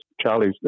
Charlie's